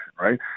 right